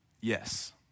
yes